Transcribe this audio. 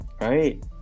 Right